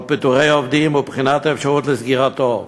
פיטורי עובדים ועל בחינת האפשרות של סגירתו.